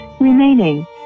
remaining